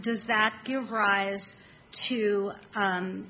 does that give rise to